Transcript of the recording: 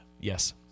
Yes